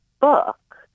book